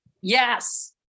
Yes